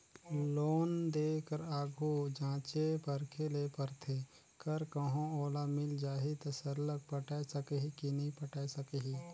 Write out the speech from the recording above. loan देय कर आघु जांचे परखे ले परथे कर कहों ओला मिल जाही ता सरलग पटाए सकही कि नी पटाए सकही